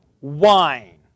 wine